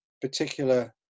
particular